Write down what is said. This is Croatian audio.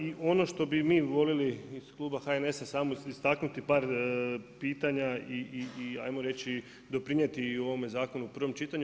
I ono što bi mi voljeli iz Kluba HNS-a samo istaknuti par pitanja i ajmo reći doprinijeti u ovome zakonu u prvom čitanju.